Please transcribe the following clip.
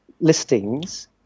listings